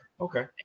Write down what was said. okay